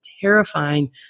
terrifying